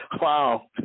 Wow